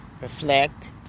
reflect